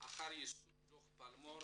אחר יישום דו"ח פלמור